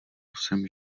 jsem